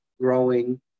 growing